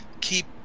keep